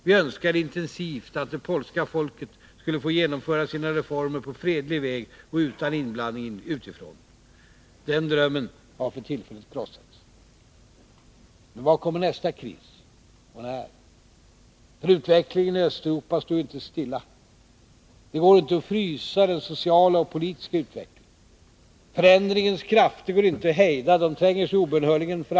Vi önskade intensivt att det polska folket skulle få genomföra sina reformer på fredlig väg och utan inblandning utifrån. Den drömmen har för tillfället krossats. Men var kommer nästa kris — och när? För utvecklingen i Östeuropa står ju inte stilla. Det går inte att frysa den sociala och politiska utvecklingen. Förändringens krafter går inte att hejda, de tränger sig obönhörligen fram.